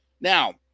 Now